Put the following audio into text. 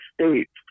states